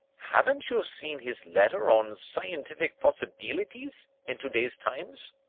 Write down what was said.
haven't you seen his letter on scientific possibeelities in to-day's times?